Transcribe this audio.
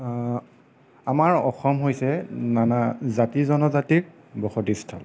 আমাৰ অসম হৈছে নানা জাতি জনজাতিৰ বসতিস্থল